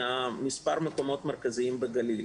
במספר מקומות מרכזיים בגליל.